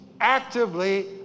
actively